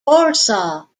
warsaw